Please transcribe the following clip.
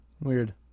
weird